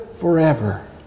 forever